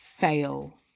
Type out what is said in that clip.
fail